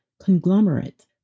conglomerate